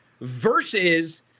versus